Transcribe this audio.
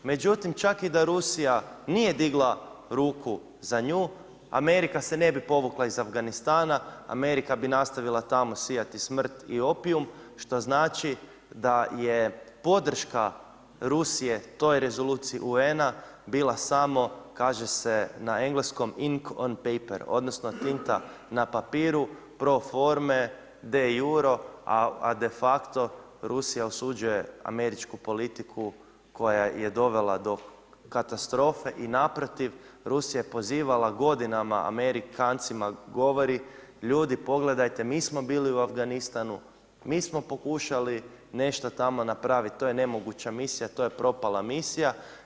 Međutim, čak i da Rusija nije digla ruku za nju Amerika se ne bi povukla iz Afganistana, Amerika bi nastavila tamo sijati smrt i opijum što znači da je podrška Rusije toj Rezoluciji UN-a bila samo kaže se na engleskom … odnosno tinta na papiru, pro forme, de iuro, a de facto Rusija osuđuje američku politiku koja je dovela do katastrofe i naprotiv Rusija je pozivala godinama Amerikancima govori, ljudi pogledajte mi smo bili u Afganistanu, mi smo pokušali nešto tamo napravit, to je nemoguće misija, to je propala misija.